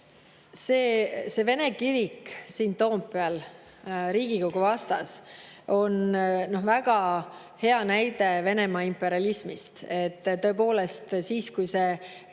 See vene kirik siin Toompeal Riigikogu vastas on väga hea näide Venemaa imperialismist. Tõepoolest, kiiresti see